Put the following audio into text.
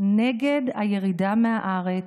נגד הירידה מהארץ.